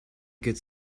get